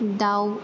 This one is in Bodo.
दाउ